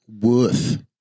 worth